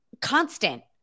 Constant